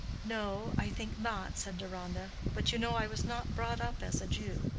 no, i think not, said deronda but you know i was not brought up as a jew.